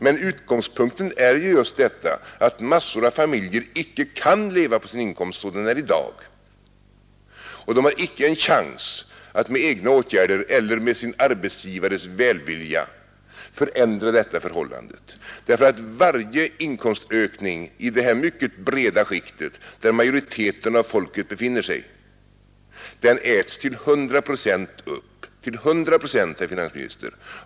Men utgångspunkten är just den att massor av familjer icke kan leva på sin inkomst sådan den är i dag, och de har icke en chans att med egna åtgärder eller med sin arbetsgivares välvilja förändra detta förhållande. Varje inkomstökning i det här mycket breda skiktet, där majoriteten av folket befinner sig, äts till hundra procent upp — till hundra procent, herr finansminister!